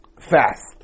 fast